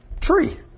tree